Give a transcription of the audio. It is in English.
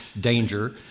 danger—